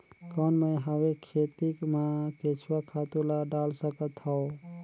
कौन मैं हवे खेती मा केचुआ खातु ला डाल सकत हवो?